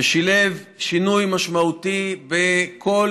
ששילב שינוי משמעותי בכל